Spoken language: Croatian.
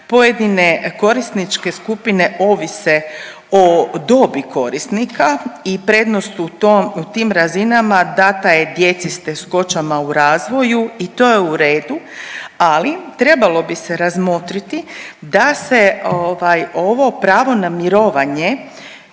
pojedine korisničke skupine ovise o dobi korisnika i prednost u tim razinama data je djeci s teškoćama u razvoju i to je u redu, ali trebalo bi se razmotriti da se ovaj ovo pravo na mirovanje